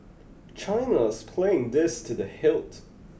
China is playing this to the hilt